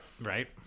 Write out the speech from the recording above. right